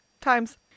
times